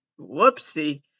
Whoopsie